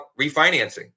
refinancing